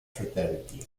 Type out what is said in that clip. fraternity